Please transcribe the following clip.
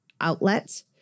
outlet